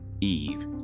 Eve